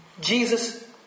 Jesus